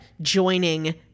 joining